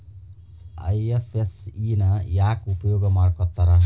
IFSC ನ ಯಾಕ್ ಉಪಯೊಗ್ ಮಾಡಾಕತ್ತಾರ?